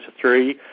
Three